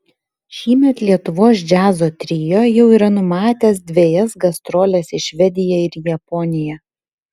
šįmet lietuvos džiazo trio jau yra numatęs dvejas gastroles į švediją ir japoniją